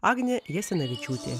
agnė jasinavičiūtė